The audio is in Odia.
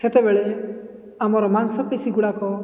ସେତେବେଳେ ଆମର ମାଂସପେଶୀ ଗୁଡ଼ାକ